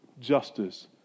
justice